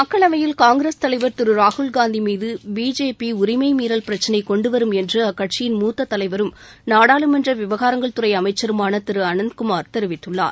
மக்களவையில் காங்கிரஸ் தலைவர் திரு ராகுல்காந்தி மீது பிஜேபி உரிமை மீறல் பிரச்சினை கொண்டுவரும் என்று அக்கட்சியின் மூத்த தலைவரும் நாடாளுமன்ற விவகாரங்கள் துறை அமைச்சருமான திரு அனந்த் குமார் தெரிவித்துள்ளார்